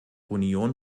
union